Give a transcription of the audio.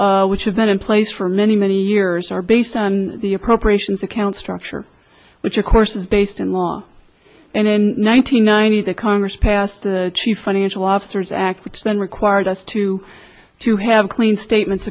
systems which have been in place for many many years are based on the appropriations account structure which of course is based in law and in one thousand nine hundred the congress passed the chief financial officers act which then required us to to have clean statements